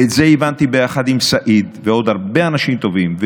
ואת זה הבנתי ביחד עם סעיד ועוד הרבה אנשים טובים,